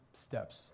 steps